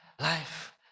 Life